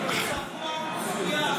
צבוע ומזויף.